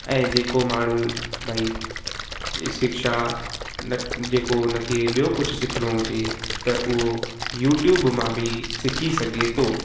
ऐं जेको माण्हू भई शिक्षा न जेको को उनखे ॿियो कुछ सिखिणो हुजे त ऊहो यू ट्यूब मां बि सिखी सघे थो